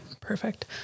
perfect